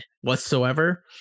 whatsoever